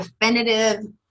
definitive